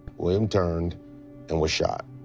william turned and was shot.